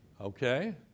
Okay